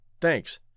Thanks